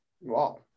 Wow